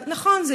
נכון,